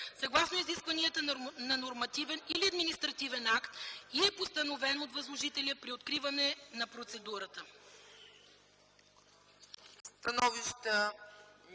съгласно изискванията на нормативен или административен акт и е поставено от възложителя при откриване на процедурата”.”